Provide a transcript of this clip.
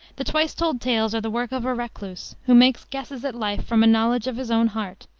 the twice told tales are the work of a recluse, who makes guesses at life from a knowledge of his own heart,